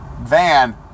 van